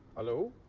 hello.